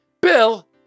Bill